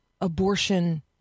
abortion